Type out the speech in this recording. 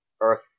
earth